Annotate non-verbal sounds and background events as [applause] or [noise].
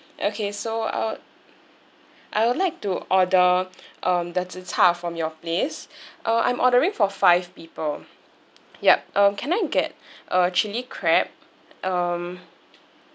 okay so I would I would like to order [breath] um the chu char from your place [breath] uh I'm ordering four five people yup um can I get [breath] a chili crab um